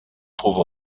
trouve